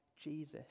Jesus